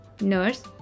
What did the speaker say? nurse